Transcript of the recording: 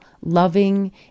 loving